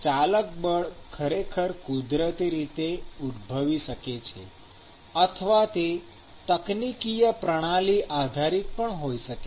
ચાલક બળ ખરેખર કુદરતી રીતે ઉદભવી શકે છે અથવા તે તકનીકીય પ્રણાલી આધારીત પણ થઈ શકાય છે